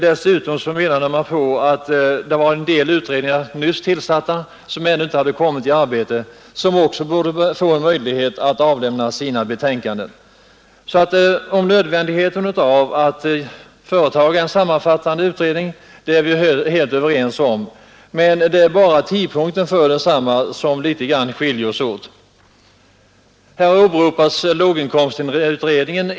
Dessutom menade man att en del nyss tillsatta utredningar, som ännu inte hade börjat sitt arbete, borde få möjlighet att avlämna sina betänkanden. Om nödvändigheten att företa en sammanfattande utredning är vi alltså helt överens — det är bara i fråga om tidpunkten för att tillsätta denna som våra uppfattningar skiljer sig.